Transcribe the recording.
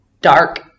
dark